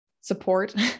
support